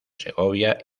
segovia